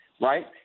right